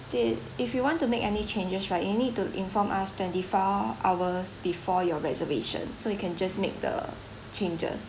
date if you want to make any changes right you need to inform us twenty four hours before your reservation so you can just make the changes